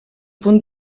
punt